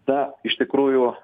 na iš tikrųjų